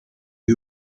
b’i